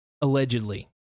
allegedly